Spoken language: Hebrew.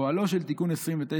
פועלו של תיקון 29,